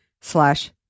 slash